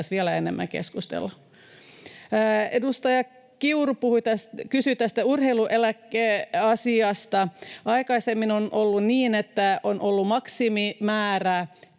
pitäisi vielä enemmän keskustella. Edustaja Kiuru kysyi urheilueläkeasiasta. Aikaisemmin on ollut niin, että on ollut maksimimäärää